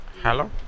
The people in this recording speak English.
Hello